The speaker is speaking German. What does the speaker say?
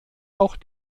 auch